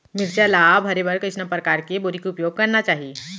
मिरचा ला भरे बर कइसना परकार के बोरी के उपयोग करना चाही?